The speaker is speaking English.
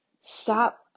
Stop